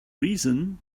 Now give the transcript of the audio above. reason